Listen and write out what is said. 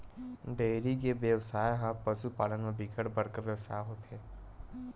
dairy के बेवसाय ह पसु पालन म बिकट बड़का बेवसाय होथे